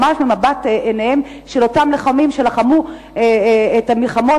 ממש ממבט עיניהם של אותם לוחמים שלחמו את המלחמות,